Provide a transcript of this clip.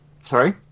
Sorry